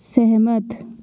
सहमत